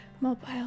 Mobile